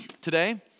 today